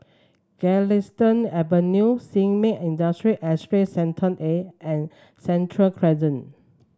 Galistan Avenue Sin Ming Industrial Estate Sector A and Sentul Crescent